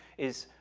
is,